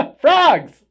Frogs